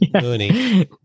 Mooney